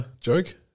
joke